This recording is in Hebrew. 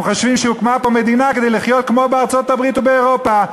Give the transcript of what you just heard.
הם חושבים שהוקמה פה מדינה כדי לחיות כמו בארצות-הברית ובאירופה.